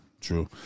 True